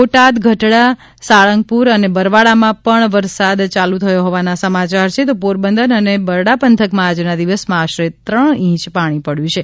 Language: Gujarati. બોટાદ ગઢડા સાળંગપુર અને બરવાળામાં પણ વરસાદ ચાલુ થયો હોવાના સમાચાર છે તો પોરબંદર અને બરડા પંથકમાં આજના દિવસમાં આશરે ત્રણ ઇંચ પાણી પડ્યું છે